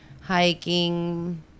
hiking